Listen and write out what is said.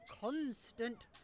constant